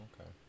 Okay